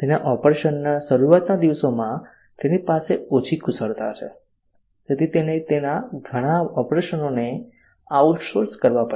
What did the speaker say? તેના ઓપરેશનના શરૂઆતના દિવસોમાં તેની પાસે ઓછી કુશળતા છે તેથી તેને તેના ઘણા ઓપરેશનોને આઉટસોર્સ કરવા પડ્યા